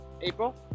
April